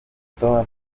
toda